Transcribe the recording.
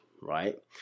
right